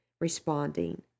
responding